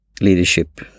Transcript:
leadership